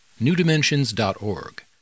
newdimensions.org